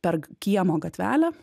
per kiemo gatvelę